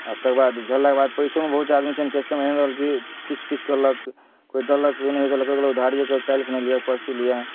आर तेकर बाद झेललाके बाद पैसोमे बहुत आदमी छै ने कस्टमर एहन रहल की किच किच केलक कोइ देलक नहि देलक उधारी काल्हि खिना लिअ परसू लिअ